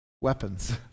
weapons